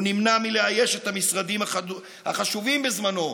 הוא נמנע מלאייש את המשרדים החשובים בזמנו,